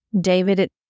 David